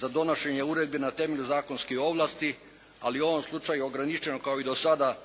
za donošenje uredbi na temelju zakonskih ovlasti ali u ovom slučaju ograničeno kao i do sada